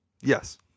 yes